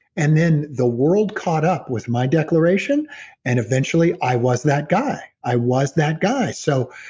and then the world caught up with my declaration and eventually i was that guy, i was that guy so,